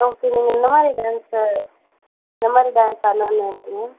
okay நீங்கள் எந்த மாதிரி டான்ஸு எந்த மாதிரி டான்ஸ் ஆடணுன்னு நினைக்கிறீங்க